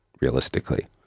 realistically